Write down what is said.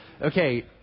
Okay